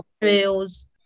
trails